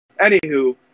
Anywho